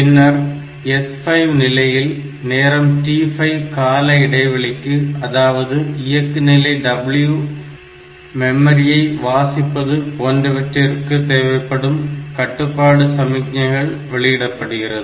பின்னர் S5 நிலையில் நேரம் t5 கால இடைவெளிக்கு அதாவது இயக்கு நிலை w மெமரியை வாசிப்பது enable w memory read போன்றவற்றிற்கு தேவைப்படும் கட்டுப்பாடு சமிக்ஞைகள் வெளியிடப்படுகிறது